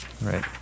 right